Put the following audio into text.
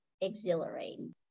exhilarating